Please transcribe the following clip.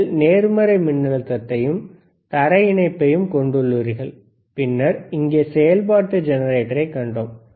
நீங்கள் நேர்மறை மின் அழுத்தத்தையும் தரை இணைப்பையும் கொண்டுள்ளீர்கள் பின்னர் இங்கே செயல்பாட்டு ஜெனரேட்டரைக் கண்டோம்